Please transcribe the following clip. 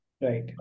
Right